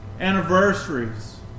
anniversaries